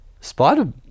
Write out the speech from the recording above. spider